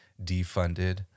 defunded